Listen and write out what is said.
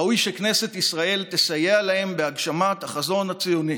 ראוי שכנסת ישראל תסייע להם בהגשמת החזון הציוני.